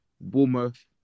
Bournemouth